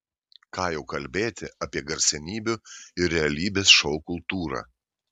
ką jau kalbėti apie garsenybių ir realybės šou kultūrą